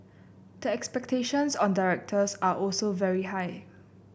the expectations on directors are also very high